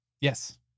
yes